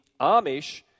Amish